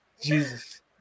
Jesus